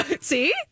see